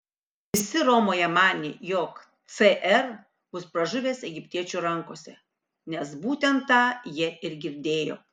visi romoje manė jog cr bus pražuvęs egiptiečių rankose nes būtent tą jie ir girdėjo